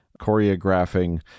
choreographing